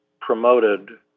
promoted